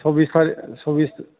सबबिस थारिख सबबिस